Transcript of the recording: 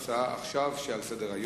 הצעה לסדר.